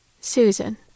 Susan